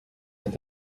est